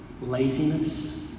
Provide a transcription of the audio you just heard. laziness